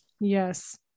Yes